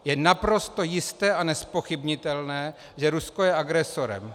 Je naprosto jisté a nezpochybnitelné, že Rusko je agresorem.